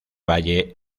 valle